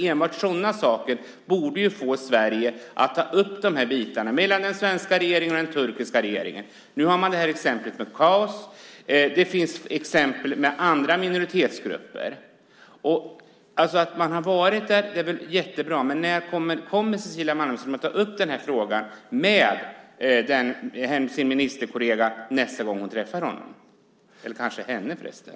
Enbart sådana saker borde få Sverige att ta upp de här bitarna i samtalen mellan den svenska och den turkiska regeringen. Nu har vi detta exempel med Kaos GL, men det finns också exempel som gäller andra minoritetsgrupper. Att man har varit i Turkiet är jättebra, men kommer Cecilia Malmström att ta upp denna fråga med sin ministerkollega nästa gång hon träffar honom - eller kanske henne, förresten?